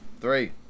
Three